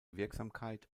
wirksamkeit